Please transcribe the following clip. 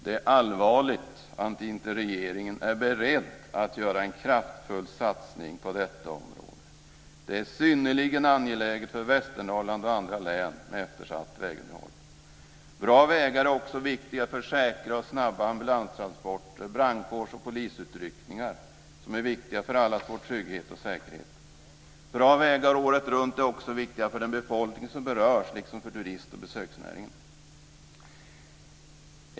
Det är allvarligt att regeringen inte är beredd att göra en kraftfull satsning på detta område. Det är synnerligen angeläget för Västernorrland och andra län med eftersatt vägunderhåll. Bra vägar är också viktiga för säkra och snabba ambulanstransporter och brandkårs och polisutryckningar. Detta är viktigt för allas vår trygghet och säkerhet. Bra vägar året runt är också viktiga för den befolkning som berörs samt för turist och besöksnäringen.